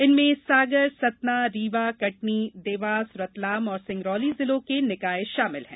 इनमें सागर सतना रीवा कटनी देवास रतलाम और सिंगरौली जिलों के निकाय शामिल हैं